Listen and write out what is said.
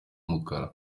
umukara